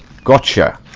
got your